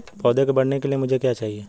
पौधे के बढ़ने के लिए मुझे क्या चाहिए?